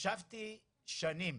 ישבתי שנים